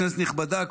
כנסת נכבדה,